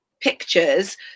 pictures